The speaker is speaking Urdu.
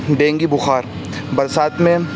ڈینگی بخار برسات میں